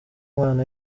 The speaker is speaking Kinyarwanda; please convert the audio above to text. umwana